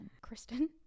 Kristen